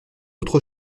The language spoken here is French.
autre